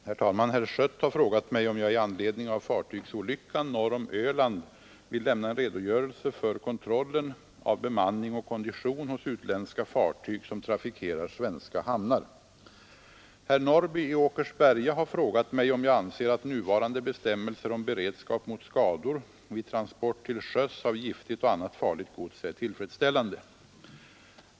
Herr talman! Herr Schött har frågat mig, om jag i anledning av fartygsolyckan norr om Öland vill lämna en redogörelse för kontrollen av bemanning och kondition hos utländska fartyg som trafikerar svenska hamnar. Herr Norrby i Åkersberga har frågat mig, om jag anser att nuvarande bestämmelser om beredskap mot skador vid transport till sjöss av giftigt och annat farligt gods är tillfredsställande.